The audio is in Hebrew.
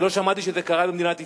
אני לא שמעתי שזה קרה במדינת ישראל.